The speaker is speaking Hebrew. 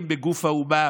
המדינה,